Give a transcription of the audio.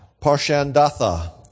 Parshandatha